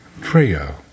Trio